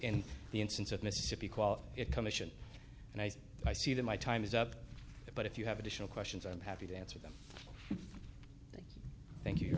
in the instance of mississippi call it commission and i said i see that my time is up but if you have additional questions i'm happy to answer them thank you